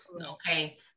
Okay